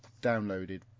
downloaded